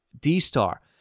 D-Star